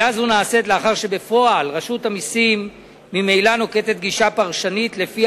קביעה זו נעשית לאחר שבפועל רשות המסים ממילא נוקטת גישה פרשנית שלפיה